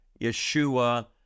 Yeshua